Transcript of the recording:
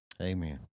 Amen